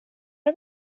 det